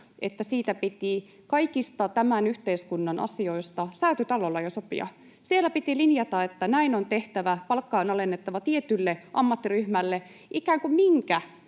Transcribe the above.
että kaikista tämän yhteiskunnan asioista siitä piti sopia jo Säätytalolla. Siellä piti linjata, että näin on tehtävä, palkka on alennettava tietylle ammattiryhmälle — ikään kuin minkä